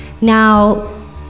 Now